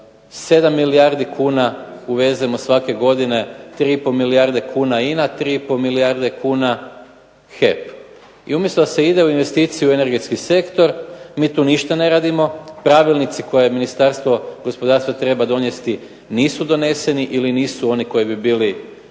7 milijardi kuna uvezemo svake godine, 3,5 milijarde INA, 3,5 milijarde kuna HEP i umjesto da se ide u investiciju u energetski sektor mi tu ništa ne radimo, pravilnici koje je Ministarstvo gospodarstva treba donesti nisu doneseni ili nisu korektni, HEP nema